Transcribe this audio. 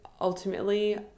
ultimately